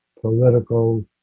political